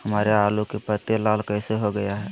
हमारे आलू की पत्ती लाल कैसे हो गया है?